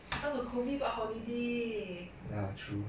because of COVID what holiday